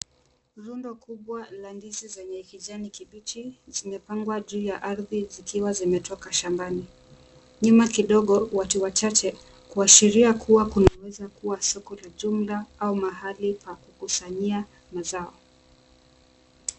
Rundo kubwa la ndizi zenye kijani kibichi zimepangwa juu ya ardhi zikiwa zimetoka shambani, nyuma kidogo watu wachache kuashiria kuwa kunaweza kuwa soko la jumla au mahali pa kukusanyia mazao.